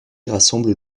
rassemble